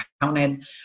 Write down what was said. counted